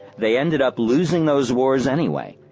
they ended up losing those wars anyway,